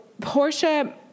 Portia